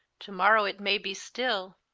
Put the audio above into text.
to-morrow it may be still.